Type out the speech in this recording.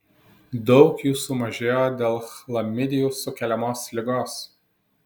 daug jų sumažėjo dėl chlamidijų sukeliamos ligos